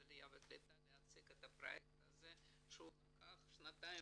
העלייה והקליטה להציג את הפרויקט הזה שלקח שנתיים